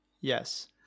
Yes